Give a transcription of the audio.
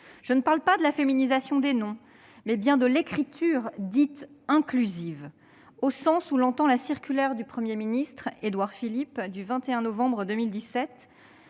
Je ne parle pas de la féminisation des noms, mais bien de l'écriture dite « inclusive », au sens où l'entend la circulaire du Premier ministre Édouard Philippe du 21 novembre 2017,